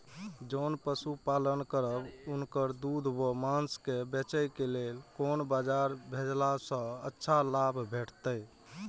जोन पशु पालन करब उनकर दूध व माँस के बेचे के लेल कोन बाजार भेजला सँ अच्छा लाभ भेटैत?